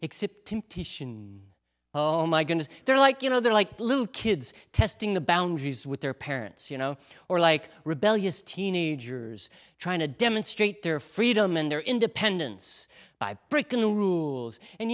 temptation oh my goodness they're like you know they're like little kids testing the boundaries with their parents you know or like rebellious teenagers trying to demonstrate their freedom and their independence by breaking the rules and